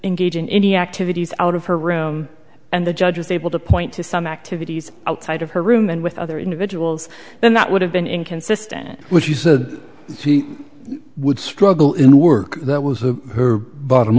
engage in any activities out of her room and the judge is able to point to some activities outside of her room and with other individuals then that would have been inconsistent with she said she would struggle in work that was who her bottom